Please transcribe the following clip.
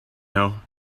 know